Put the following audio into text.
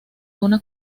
una